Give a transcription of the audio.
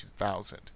2000